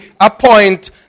appoint